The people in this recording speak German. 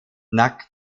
nackt